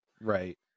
Right